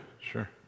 sure